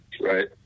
right